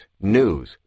news